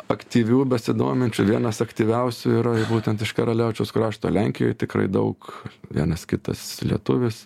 aktyvių besidominčių vienas aktyviausių yra būtent iš karaliaučiaus krašto lenkijoj tikrai daug vienas kitas lietuvis